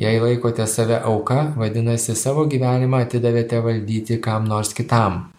jei laikote save auka vadinasi savo gyvenimą atidavėte valdyti kam nors kitam